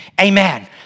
Amen